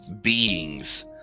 beings